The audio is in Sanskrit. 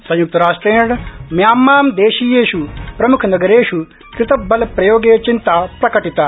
संयुक्तराष्ट्रेण म्यामां देशीयेषु प्रमुखनगरेषु कृतबलप्रयोगे चिंता प्रकटिता